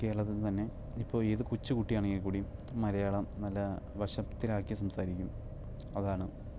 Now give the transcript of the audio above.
കേരളത്തിൽ നിന്ന് തന്നെ ഇപ്പോൾ ഏത് കൊച്ചു കുട്ടിയാണെങ്കിൽ കൂടിയും മലയാളം നല്ല വശത്തിലാക്കി സംസാരിക്കും അതാണ്